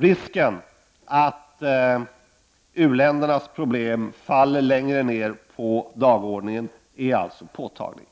Risken för att u-ländernas problem faller längre ned på dagordningen är alltså påtaglig.